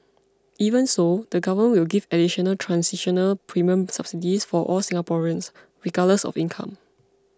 even so the Government will give additional transitional premium subsidies for all Singaporeans regardless of income